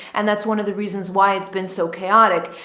and that's one of the reasons why it's been so chaotic.